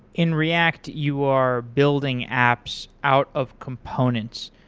in react, you are building apps out of components.